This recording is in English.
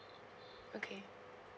okay